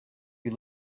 you